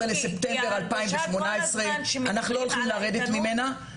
בספטמבר 2018 ואנחנו לא הולכים לרדת ממנה.